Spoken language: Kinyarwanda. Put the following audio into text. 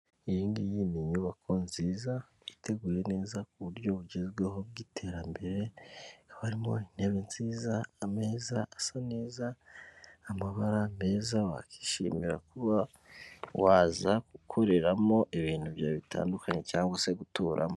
Iyi ngiyi ni inyubako nziza iteguye neza ku buryo bugezweho bw'iterambere haba harimo intebe nziza ameza asa neza, amabara meza wakishimira kuba waza gukoreramo ibintu byawe bitandukanye cyangwa se guturamo.